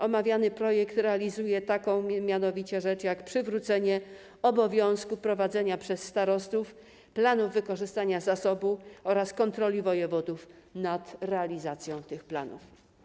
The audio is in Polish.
Omawiany projekt realizuje również taką rzecz jak przywrócenie obowiązku prowadzenia przez starostów planu wykorzystania zasobu oraz kontroli wojewodów nad realizacją tych planów.